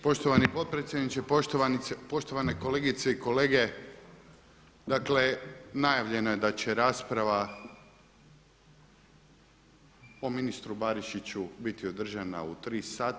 Poštovani potpredsjedniče, poštovane kolegice i kolege dakle najavljeno je da će rasprava o ministru Barišiću biti održana u tri sata.